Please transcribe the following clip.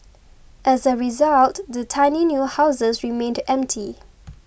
as a result the tiny new houses remained empty